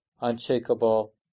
unshakable